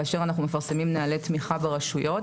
כאשר אנחנו מפרסמים נוהלי תמיכה ברשויות